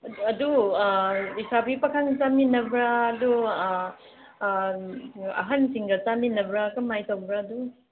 ꯑꯗꯨ ꯂꯩꯁꯥꯕꯤ ꯄꯥꯈꯪ ꯆꯥꯃꯤꯟꯅꯕ꯭ꯔꯥ ꯑꯗꯨ ꯑꯍꯟꯁꯤꯡꯒ ꯆꯥꯃꯤꯟꯅꯕ꯭ꯔꯥ ꯀꯃꯥꯏ ꯇꯧꯕ꯭ꯔꯥ ꯑꯗꯨ